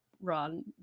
run